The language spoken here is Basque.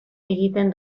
egiten